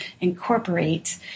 incorporate